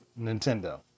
Nintendo